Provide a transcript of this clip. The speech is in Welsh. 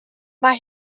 mae